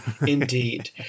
indeed